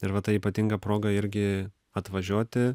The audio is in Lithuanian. ir va ta ypatinga proga irgi atvažiuoti